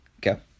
Go